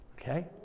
Okay